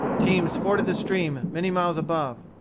teams forded the stream many miles above.